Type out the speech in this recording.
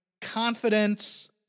confidence